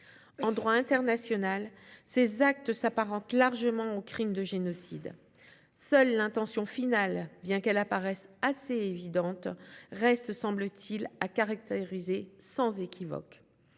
En droit international, ces actes s'apparentent largement au crime de génocide. Seule l'intention finale, bien qu'elle apparaisse assez évidente, reste, semble-t-il, à caractériser sans équivoque.